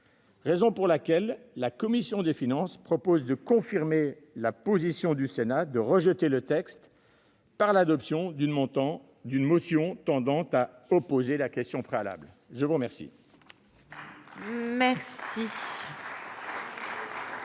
raison pour laquelle la commission des finances propose de confirmer la position du Sénat et de rejeter ce texte par l'adoption d'une motion tendant à opposer la question préalable. Je salue notre